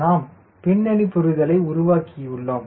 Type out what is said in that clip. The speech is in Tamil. நாம் பின்னணி புரிதலை உருவாக்கியுள்ளோம்